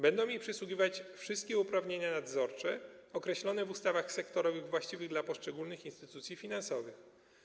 Będą im przysługiwać wszystkie uprawnienia nadzorcze określone w ustawach sektorowych właściwych dla poszczególnych instytucji finansowych.